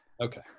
Okay